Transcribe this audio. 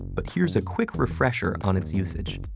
but here's a quick refresher on its usage.